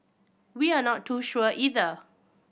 we are not too sure either